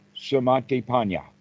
samatipanya